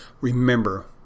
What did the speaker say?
Remember